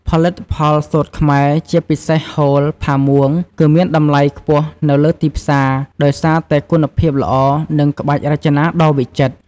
ផលិតផលសូត្រខ្មែរ ជាពិសេសហូល ផាមួង គឺមានតម្លៃខ្ពស់នៅលើទីផ្សារ ដោយសារតែគុណភាពល្អ និងក្បាច់រចនាដ៏វិចិត្រ។